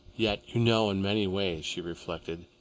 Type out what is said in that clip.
yet, you know, in many ways, she reflected,